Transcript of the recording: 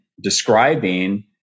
describing